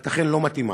את אכן לא מתאימה,